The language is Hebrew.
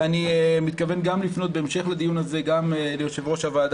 ואני מתכוון לפנות בהמשך לדיון הזה גם ליושב-ראש הוועדה